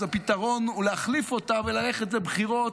אז הפתרון הוא להחליף אותה וללכת לבחירות.